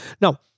Now